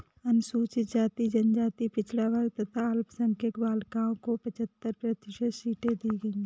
अनुसूचित जाति, जनजाति, पिछड़ा वर्ग तथा अल्पसंख्यक बालिकाओं को पचहत्तर प्रतिशत सीटें दी गईं है